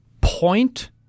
Point